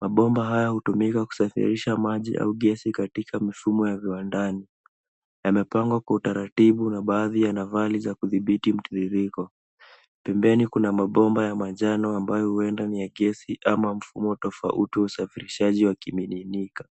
Mabomba haya hutumika kusafirisha maji au gesi katika mifumo ya viwandani. Yamepangwa kwa utaratibu na baadhi yana vali za kudhibiti mtiririko. Pembeni kuna mabomba ya manjano ambayo huenda ni ya gesi ama mfumo tofauti wa usafirishaji wa kimiminika.